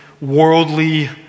worldly